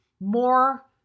more